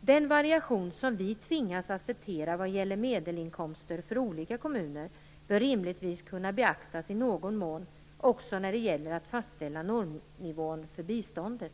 Den variation som vi tvingas acceptera vad gäller medelinkomster för olika kommuner bör rimligtvis kunna beaktas i någon mån också när det gäller att fastställa normnivån för biståndet.